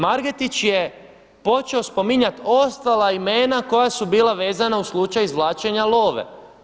Margetić je počeo spominjati ostala imena koja su bila vezana uz slučaj izvlačenja love?